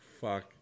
Fuck